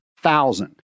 thousand